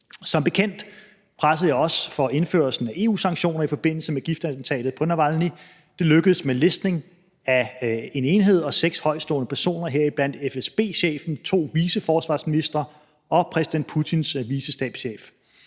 Som bekendt pressede jeg også på for indførelsen af EU-sanktioner i forbindelse med giftattentatet på Navalnyj. Det lykkedes med listning af én enhed og seks højtstående personer, heriblandt FSB-chefen, to viceforsvarsministre og præsident Putins vicestabschef.